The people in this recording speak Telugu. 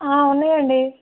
ఉన్నాయండి